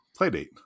Playdate